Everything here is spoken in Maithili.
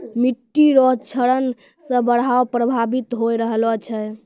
मिट्टी रो क्षरण से बाढ़ प्रभावित होय रहलो छै